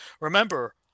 remember